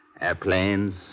Airplanes